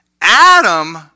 Adam